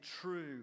true